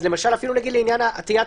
למשל אפילו לעניין עטיית